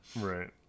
Right